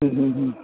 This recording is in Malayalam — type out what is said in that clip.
ഹ്മ് ഹ് ഹ്